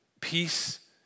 Peace